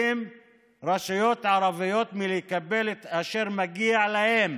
רשויות ערביות מלקבל את אשר מגיע להן